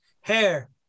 hair